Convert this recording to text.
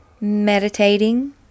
meditating